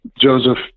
Joseph